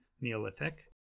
Neolithic